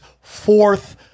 fourth